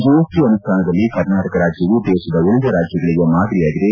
GST ಅನುಷ್ಠಾನದಲ್ಲಿ ಕರ್ನಾಟಕ ರಾಜ್ಯವು ದೇಶದ ಉಳಿದ ರಾಜ್ಯಗಳಿಗೆ ಮಾದರಿಯಾಗಿದೆ